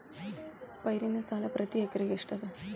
ಪೈರಿನ ಸಾಲಾ ಪ್ರತಿ ಎಕರೆಗೆ ಎಷ್ಟ ಅದ?